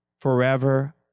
forever